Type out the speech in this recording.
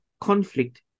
conflict